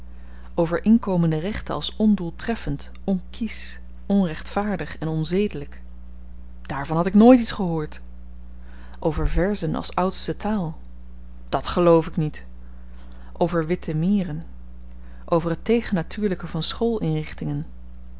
over inkomende rechten als ondoeltreffend onkiesch onrechtvaardig en onzedelyk daarvan had ik nooit iets gehoord over verzen als oudste taal dat geloof ik niet over witte mieren over het tegennatuurlyke van